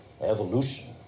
evolution